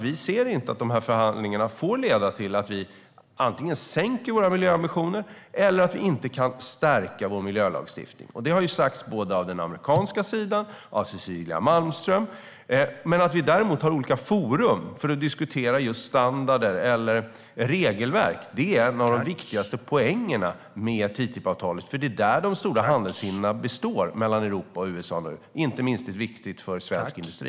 Vi anser inte att de här förhandlingarna får leda till att vi sänker våra miljöambitioner eller att vi inte kan stärka vår miljölagstiftning. Det har sagts både av den amerikanska sidan och av Cecilia Malmström. Att vi däremot har olika forum för att diskutera just standarder eller regelverk är en av de viktigaste poängerna med TTIP-avtalet, för det är där de stora handelshindren består mellan Europa och USA nu. Inte minst är det viktigt för svensk industri.